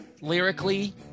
Lyrically